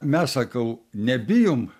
mes sakau nebijom